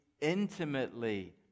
intimately